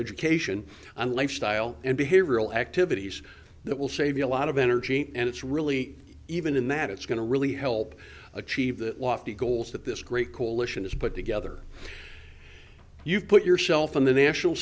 education and lifestyle and behavioral activities that will save you a lot of enter and it's really even in that it's going to really help achieve that lofty goals that this great coalition has put together you've put yourself on the national